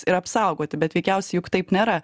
ir apsaugoti bet veikiausiai juk taip nėra